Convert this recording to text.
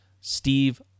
Steve